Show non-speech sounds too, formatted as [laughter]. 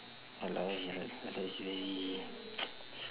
!walao! very [noise]